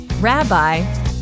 Rabbi